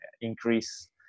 increase